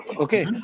okay